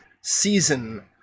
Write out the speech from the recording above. season